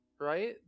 right